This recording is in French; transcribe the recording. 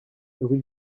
rue